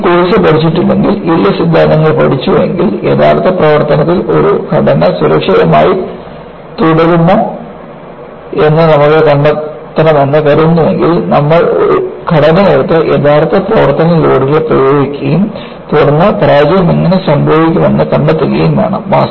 നമ്മൾ ഈ കോഴ്സ് പഠിച്ചിട്ടില്ലെങ്കിൽ യീൽഡ് സിദ്ധാന്തങ്ങൾ പഠിച്ചുവെങ്കിൽ യഥാർത്ഥ പ്രവർത്തനത്തിൽ ഒരു ഘടന സുരക്ഷിതമായി തുടരുമോ എന്ന് നമ്മൾ കണ്ടെത്തണമെന്ന് കരുതുന്നുവെങ്കിൽ നമ്മൾ ഘടനയെടുത്ത് യഥാർത്ഥ പ്രവർത്തന ലോഡുകൾ പ്രയോഗിക്കുകയും തുടർന്ന് പരാജയം എങ്ങനെ സംഭവിക്കുമെന്ന് കണ്ടെത്തുകയും വേണം